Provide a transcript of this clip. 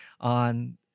on